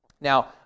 Now